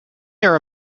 here